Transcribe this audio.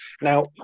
Now